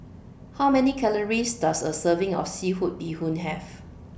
How Many Calories Does A Serving of Seafood Bee Hoon Have